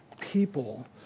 people